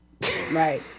Right